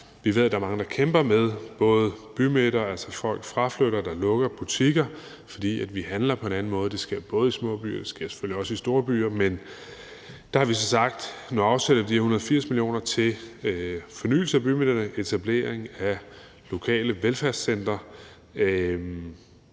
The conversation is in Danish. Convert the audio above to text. Vi ved, at der er mange, der kæmper med, at folk fraflytter bymidten og der lukker butikker, fordi vi handler på en anden måde. Det sker både i små byer og selvfølgelig også i store byer. Der har vi så sagt, at vi afsætter 180 mio. kr. til fornyelse af bymidterne og etablering af lokale velfærdscentre.